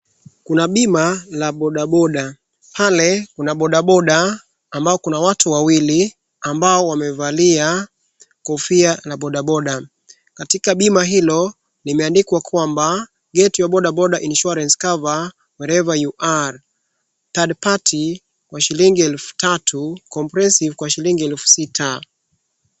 Kuna bima la bodaboda. Pale kuna boda boda ambao kuna watu wawili, ambao wamevalia kofia la boda boda. Katika bima hilo limeandikwa kwamba, Get your Boda Boda Insurance Cover wherever you are, Third party , kwa shilingi elfu tatu, Comprehensive , kwa shilingi elfu sita.